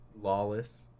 Lawless